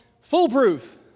Foolproof